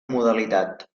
modalitat